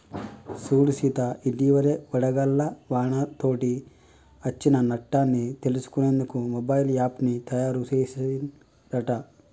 సూడు సీత ఇటివలే వడగళ్ల వానతోటి అచ్చిన నట్టన్ని తెలుసుకునేందుకు మొబైల్ యాప్ను తాయారు సెసిన్ రట